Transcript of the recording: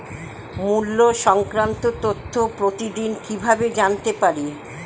মুল্য সংক্রান্ত তথ্য প্রতিদিন কিভাবে জানতে পারি?